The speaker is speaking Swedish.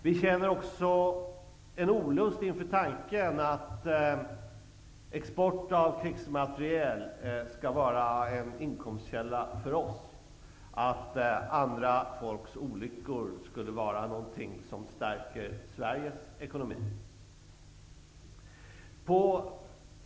Vi känner också olust inför tanken att export av krigsmateriel skall vara en inkomstkälla för oss, att Sveriges ekonomi skulle stärkas av andra folks olyckor.